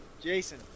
Jason